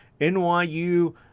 NYU